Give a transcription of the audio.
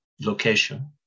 location